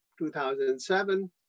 2007